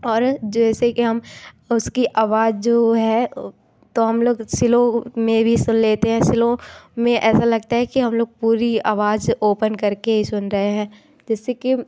और जैसे कि हम उसकी आवाज़ जो है तो हम लोग स्लो में भी सुन लेते हैं स्लो में ऐसा लगता है कि हम लोग पूरी आवाज़ ओपन करके सुन रहे हैं जिससे कि